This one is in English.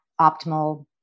optimal